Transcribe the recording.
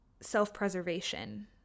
self-preservation